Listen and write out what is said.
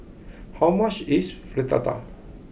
how much is Fritada